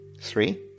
Three